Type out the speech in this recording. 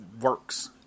works